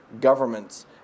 governments